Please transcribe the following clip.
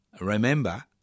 remember